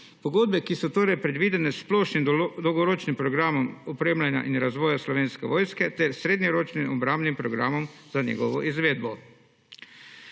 Pogodbe, ki so torej predvidene s Splošnim dolgoročnim programom razvoja in opremljanja Slovenske vojske ter srednjeročnim obrambnim programom za njegovo izvedbo.